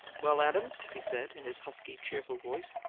well, adams, he said, in his husky, cheerful voice,